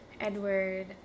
Edward